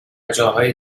جاهای